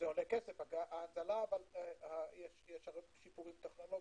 ההנזלה עולה כסף, אבל יש שיפורים טכנולוגיים,